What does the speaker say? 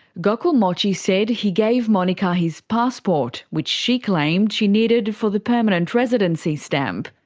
gokul mochi said he gave monika his passport, which she claimed she needed for the permanent residency stamp.